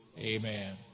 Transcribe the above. Amen